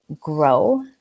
grow